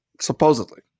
Supposedly